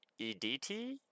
EDT